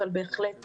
אבל בהחלט